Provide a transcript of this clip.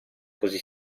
così